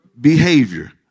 behavior